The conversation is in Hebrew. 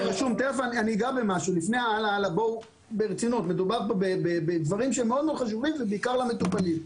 מדובר פה בדברים שהם מאוד חשובים ובעיקר למטופלים.